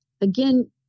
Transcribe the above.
Again